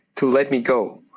to let me go.